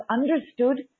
understood